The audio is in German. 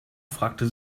fragte